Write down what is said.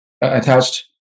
attached